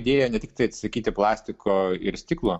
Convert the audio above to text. idėja ne tiktai atsisakyti plastiko ir stiklo